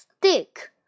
Stick